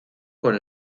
con